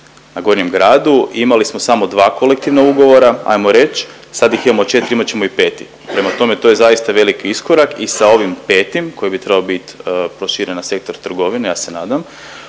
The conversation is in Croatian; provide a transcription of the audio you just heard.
na Gornjem gradu imali smo samo dva kolektivna ugovora, ajmo reć, sad ih imamo četri, imat ćemo i peti, prema tome to je zaista veliki iskorak. I sa ovim petim koji bi trebao bit proširen na sektor trgovine, ja se nadam,